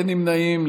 אין נמנעים.